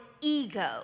ego